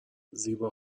زیبا